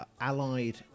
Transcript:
allied